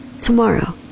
tomorrow